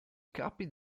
capi